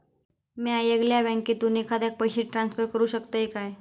म्या येगल्या बँकेसून एखाद्याक पयशे ट्रान्सफर करू शकतय काय?